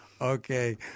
Okay